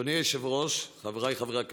אדוני היושב-ראש, חבריי חברי הכנסת,